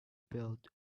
build